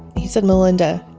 he said, melynda